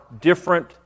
different